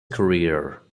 career